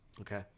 Okay